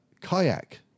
kayak